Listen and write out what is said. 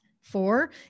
four